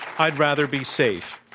i would rather be safe.